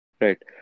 Right